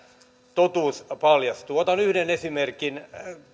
totuus paljastuu otan yhden esimerkin